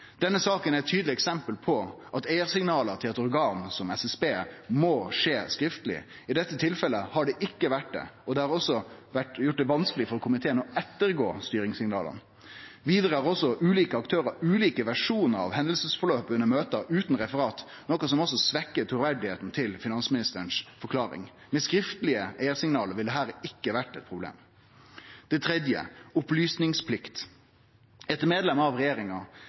Denne saka er eit tydeleg eksempel på at eigarsignal til eit organ som SSB må skje skriftleg. I dette tilfellet har det ikkje vore det, og det har også gjort det vanskeleg for komiteen å undersøkje styringssignala. Vidare har også ulike aktørar ulike versjonar av hendingsgangen under møte utan referat, noko som svekkjer truverdet til forklaringa frå finansministeren. Med skriftlege eigarsignal ville dette ikkje ha vore eit problem. Det tredje er opplysningsplikt. Eit medlem av regjeringa